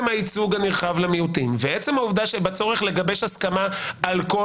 הייצוג הנרחב למיעוטים ועצם הצורך לגבש הסכמה על כל